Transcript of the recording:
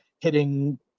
hitting